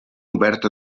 obert